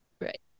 right